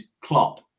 Klopp